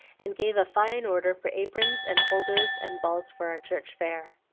and gave a fine order for aprons and holders and balls for our church fair.